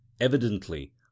evidently